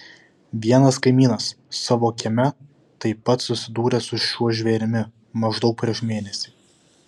vienas kaimynas savo kieme taip pat susidūrė su šiuo žvėrimi maždaug prieš mėnesį